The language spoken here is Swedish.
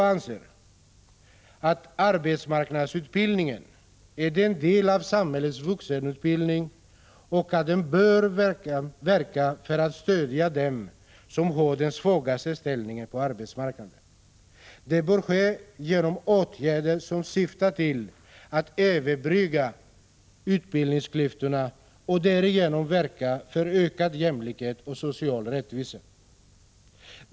Vpk anser att arbetsmarknadsutbildningen är en del av samhällets vuxenutbildning och att den bör verka för att stödja dem som har den svagaste ställningen på arbetsmarknaden. Det bör ske genom åtgärder som syftar till att överbrygga utbildningsklyftorna och därigenom verka för ökad jämlikhet och social rättvisa.